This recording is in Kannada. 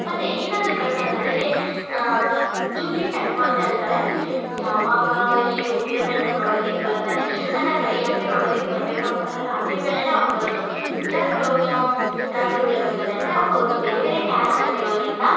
ಮತ್ತೆ ಇನ್ನೊಂದು ಪ್ರಸಂಗದಲ್ಲಿ ಜೂಲಿಯೆಟ್ ಅಂದ್ಕೊಳ್ತಾ ಇರ್ತಾಳೆ ಯಾವಾಗ ಈ ರೋಮಿಯೋ ನನ್ನನ್ನ ನೋಡೋದಕ್ಕೆ ಬರ್ತಾನೆ ಅಂತಂದರೆ ಯಾಕೆ ನೋಡೋದಕ್ಕೆ ಬರಬೇಕು ಅಂತಂದರೆ ರಾತ್ರಿ ವೇಳೆಯೇ ಅವ್ನು ಬರೋದು ಯಾಕೆ ರೋಮಿಯೋ ರಾತ್ರಿ ವೇಳೆ ಬರ್ತಾನೆ ಅಂದರೆ ಅವ್ರದ್ದು ಬೇರೆ ಬೇರೆ ಕ್ಯಾಸ್ಟಾಗಿರೋದ್ರಿಂದ